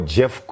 Jeff